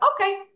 okay